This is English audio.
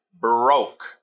broke